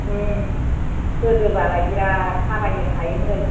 गोदोबालाय बिरात थाबायनो हायोमोन